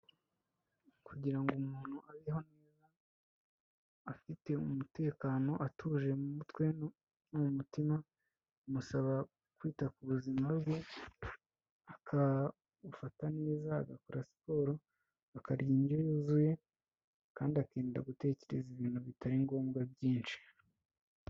Kugira ngo umuntu abeho afite umutekano ,atuje mu mutwe no mu mutima ,bimusaba kwita ku buzima bwe akabufata neza agakora siporo ,akarya indyo yuzuye, kandi akirinda gutekereza ibintu bitari ngombwa byinshi.